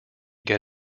get